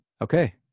Okay